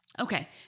Okay